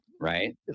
Right